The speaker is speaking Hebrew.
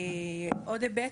עוד היבט.